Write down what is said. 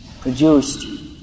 produced